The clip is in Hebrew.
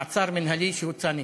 מעצר מינהלי שהוצא נגדם: